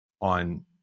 on